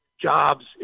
jobs